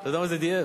אתה יודע מה זה DF?